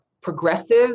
progressive